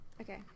Okay